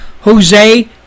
Jose